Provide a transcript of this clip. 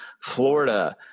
Florida